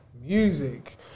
music